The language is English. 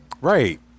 Right